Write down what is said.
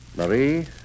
Marie